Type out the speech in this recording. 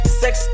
sex